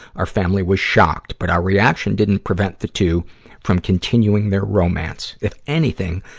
our family was shocked, but our reaction didn't prevent the two from continuing their romance. if anything,